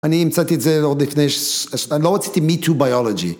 אני המצאתי את זה עוד לפני... אני לא רציתי מי-טו ביולוגי.